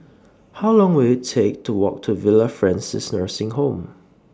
How Long Will IT Take to Walk to Villa Francis Nursing Home